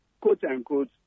quote-unquote